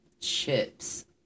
chips